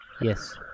Yes